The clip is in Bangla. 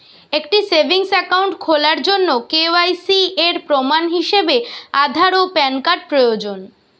একটি সেভিংস অ্যাকাউন্ট খোলার জন্য কে.ওয়াই.সি এর প্রমাণ হিসাবে আধার ও প্যান কার্ড প্রয়োজন